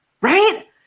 right